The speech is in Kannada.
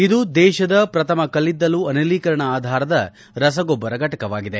ಇದು ದೇಶದ ಪ್ರಥಮ ಕಲ್ಲಿದ್ದಲು ಅನಿಲೀಕರಣ ಆಧಾರದ ರಸಗೊಬ್ಬರ ಘಟಕವಾಗಿದೆ